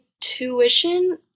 tuition